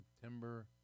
September